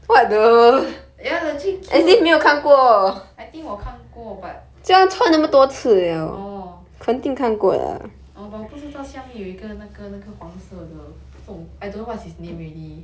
ya legit cute I think 我看过 but orh but 我不知道下面有一个那个那个黄色的 I don't know what is his name already